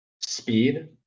speed